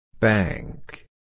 Bank